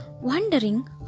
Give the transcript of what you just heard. wondering